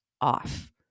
off